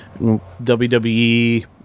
WWE